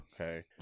okay